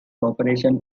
corporation